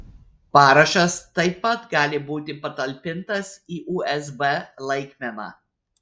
parašas taip pat gali būti patalpintas į usb laikmeną